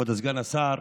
כבוד סגן השר,